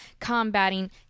Combating